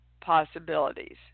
possibilities